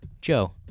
Joe